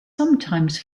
sometimes